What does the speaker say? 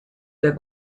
der